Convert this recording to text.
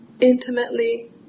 intimately